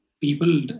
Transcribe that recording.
people